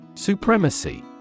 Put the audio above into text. Supremacy